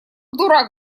дурак